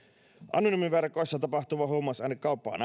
anonyymiverkoissa tapahtuva huumausainekauppa on